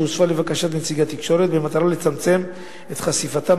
אשר הוגשה לבקשת נציגי התקשורת במטרה לצמצם את חשיפתם